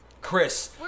Chris